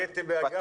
הייתי באגף החינוך.